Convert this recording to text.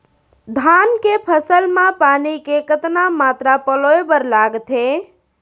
धान के फसल म पानी के कतना मात्रा पलोय बर लागथे?